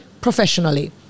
professionally